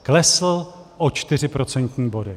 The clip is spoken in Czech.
Klesl o čtyři procentní body.